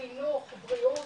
חינוך ובריאות